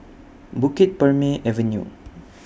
Bukit Purmei Avenue